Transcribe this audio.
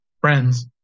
Friends